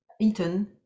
eaten